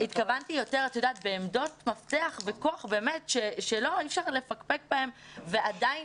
התכוונתי יותר בעמדות מפתח וכוח שאי אפשר לפקפק בהן ועדיין